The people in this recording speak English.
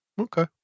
Okay